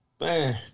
Man